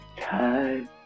time